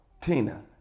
tina